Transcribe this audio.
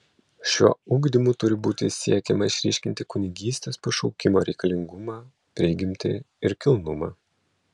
šiuo ugdymu turi būti siekiama išryškinti kunigystės pašaukimo reikalingumą prigimtį ir kilnumą